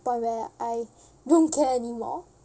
point where I don't care anymore